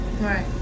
Right